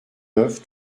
neuf